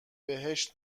بهشت